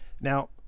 Now